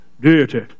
Deity